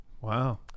Wow